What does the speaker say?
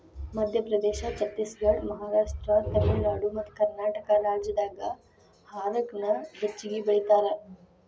ಮಧ್ಯಪ್ರದೇಶ, ಛತ್ತೇಸಗಡ, ಮಹಾರಾಷ್ಟ್ರ, ತಮಿಳುನಾಡು ಮತ್ತಕರ್ನಾಟಕ ರಾಜ್ಯದಾಗ ಹಾರಕ ನ ಹೆಚ್ಚಗಿ ಬೆಳೇತಾರ